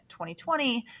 2020